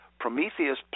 Prometheus